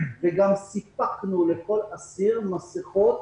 וגם סיפקנו לכל האסירים מסכות